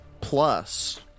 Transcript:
plus